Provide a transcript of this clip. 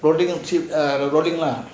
loading lah